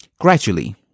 gradually